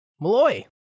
Malloy